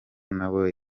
nawe